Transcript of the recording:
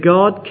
God